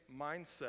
mindset